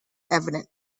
evident